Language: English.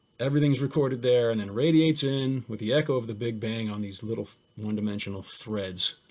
everything's recorded there and and radiates in with the echo of the big bang on these little one dimensional threads,